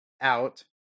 out